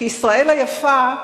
כי ישראל היפה,